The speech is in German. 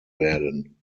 werden